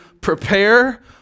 prepare